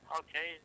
okay